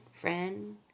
Friend